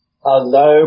Hello